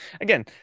again